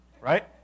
right